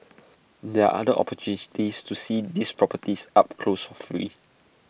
there are other opportunities to see these properties up close for free